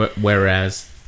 whereas